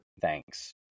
Thanks